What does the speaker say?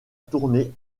tournée